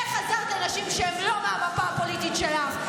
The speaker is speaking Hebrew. איך עזרת לנשים שהן לא מהמפה הפוליטית שלך,